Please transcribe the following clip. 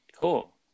Cool